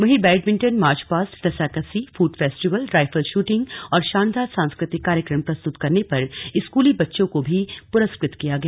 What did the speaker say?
वहीं badminton march past रस्साकस्सी food festival rifle shooting और शानदार सांस्कृतिक कार्यक्रम प्रस्तुत करने पर स्कूली बच्चों को भीपुरस्कृत किया गया